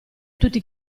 tutti